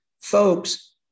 folks